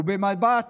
במבט